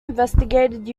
investigated